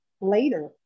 later